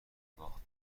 باخت